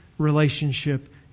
Relationship